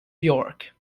york